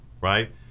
right